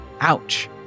Ouch